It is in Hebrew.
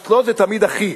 אצלו זה תמיד "הכי".